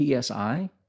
PSI